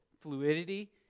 fluidity